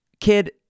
Kid